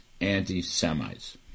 anti-Semites